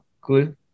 Cool